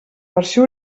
versió